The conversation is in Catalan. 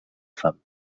fam